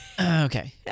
Okay